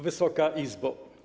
Wysoka Izbo!